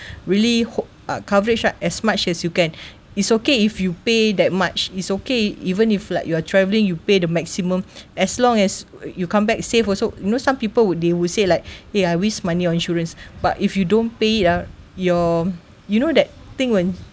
really hope uh coverage right as much as you can it's okay if you pay that much it's okay even if like you are travelling you pay the maximum as long as you come back safe also you know some people would they would say like eh I waste money on insurance but if you don't pay it ah your you know that thing when